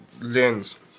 lens